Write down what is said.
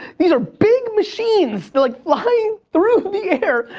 these are big machines, they're like flying through the air,